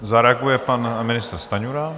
Zareaguje pan ministr Stanjura.